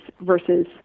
versus